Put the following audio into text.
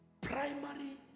primary